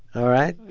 all right?